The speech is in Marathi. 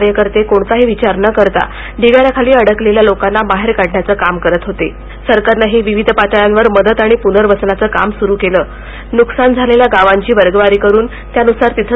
कार्यकर्ते कोणताही विचार न करता ढिगाऱ्याखाली अडकलेल्या लोकांना बाहेर काढण्याच काम करीत होते विविध पातळ्यावर मदत आणि पुनर्वसनाचं काम सुरू केलंनुकसान झालेल्या गावांची वर्गवारी करून त्यानुसार तिथं